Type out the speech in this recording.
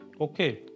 Okay